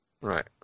Right